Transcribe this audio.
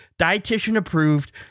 dietitian-approved